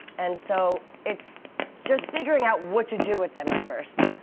and so it's just figuring out what to do with them at first.